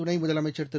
துணை முதலமைச்சர் திரு